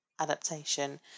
adaptation